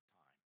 time